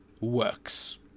works